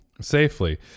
safely